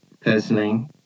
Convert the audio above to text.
personally